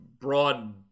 broad